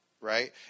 right